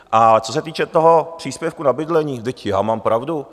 A co se týče toho příspěvku na bydlení, vždyť já mám pravdu.